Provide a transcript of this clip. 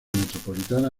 metropolitana